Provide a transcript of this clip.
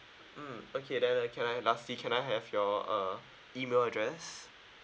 mm okay then uh can I lastly can I have your uh email address